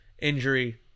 injury